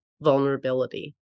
vulnerability